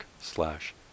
slash